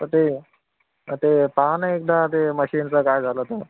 तर ते तर ते पहा न एकदा ते मशीनचं कायं झालं तर